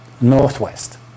northwest